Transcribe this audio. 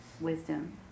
wisdom